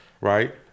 Right